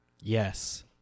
Yes